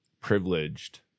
privileged